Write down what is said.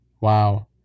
Wow